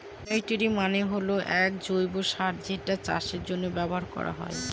manure মানে হল এক জৈব সার যেটা চাষের জন্য ব্যবহার করা হয়